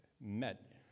met